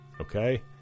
Okay